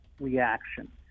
reaction